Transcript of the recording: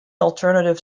alternative